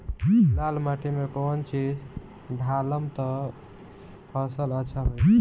लाल माटी मे कौन चिज ढालाम त फासल अच्छा होई?